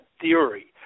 theory